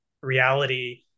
reality